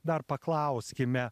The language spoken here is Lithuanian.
dar paklauskime